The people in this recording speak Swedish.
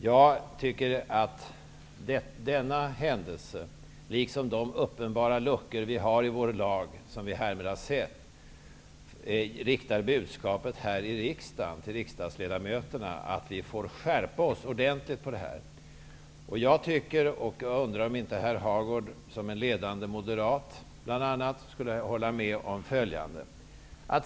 Jag tycker att denna händelse liksom de uppenbara luckor som vi härmed har sett att vi har i vår lag ger oss riksdagsledamöter budskapet att vi får skärpa oss ordentligt. Jag undrar om inte herr Hagård såsom en ledande moderat skulle hålla med om följande.